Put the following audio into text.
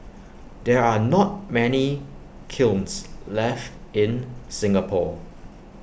there are not many kilns left in Singapore